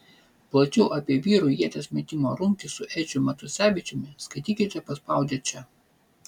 plačiau apie vyrų ieties metimo rungtį su edžiu matusevičiumi skaitykite paspaudę čia